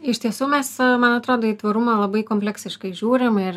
iš tiesų mes man atrodo tvarumą labai kompleksiškai žiūrim ir